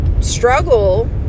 struggle